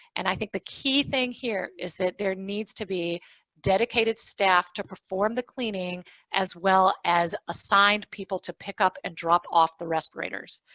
and i think the key thing here is that there needs to be dedicated staff to perform the cleaning as well as assigned people to pick up and drop off the respirators.